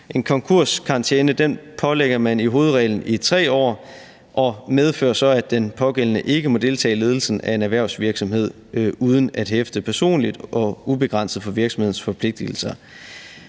En konkurskarantæne pålægger man i hovedreglen i 3 år, og det medfører så, at den pågældende ikke må deltage i ledelsen af en erhvervsvirksomhed uden at hæfte personligt og ubegrænset for virksomhedens forpligtigelser.